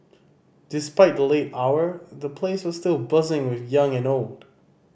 despite the late hour the place was still buzzing with young and old